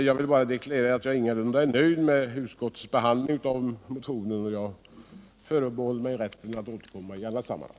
Jag vill emellertid deklarera att jag ingalunda är nöjd med utskottets behandling av motionen, och jag förbehåller mig rätten att återkomma i annat sammanhang.